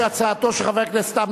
ההצעה להעביר את הצעת חוק לעידוד חיזוק